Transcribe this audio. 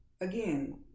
again